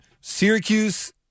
Syracuse